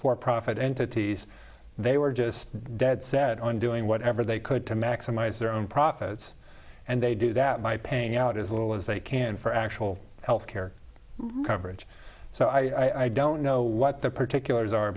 for profit entities they were just dead set on doing whatever they could to maximize their own profits and they do that by paying out as little as they can for actual health care coverage so i don't know what the particulars are